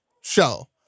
show